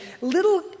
little